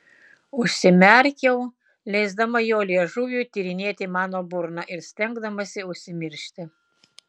užsimerkiau leisdama jo liežuviui tyrinėti mano burną ir stengdamasi užsimiršti